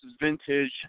vintage